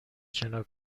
شنا